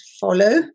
follow